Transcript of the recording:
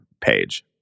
page